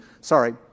sorry